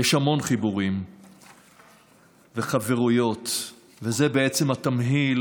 יש המון חיבורים וחברויות, וזה בעצם התמהיל